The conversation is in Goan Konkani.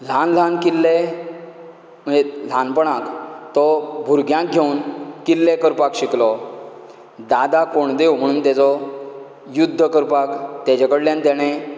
ल्हान ल्हान किल्ले म्हणजे ल्हानपणांत तो भुरग्यांक घेवन किल्ले करपाक शिकलो दादा कोणदेव म्हण तेजो युध्द करपाक तेजे कडल्यान तेणें